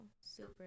Super